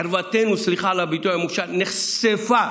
ערוותנו, סליחה על הביטוי המושאל, נחשפה